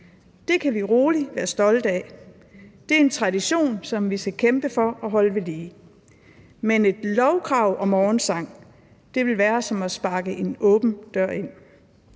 Det kan vi roligt være stolte af. Det er en tradition, som vi skal kæmpe for at holde ved lige. Men et lovkrav om morgensang vil være som at sparke en åben dør ind.